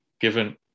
given